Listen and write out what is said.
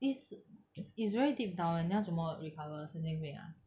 is it's very deep down 你要怎么 recover 神经病啊